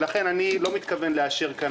אני לא מתכוון לאשר כאן.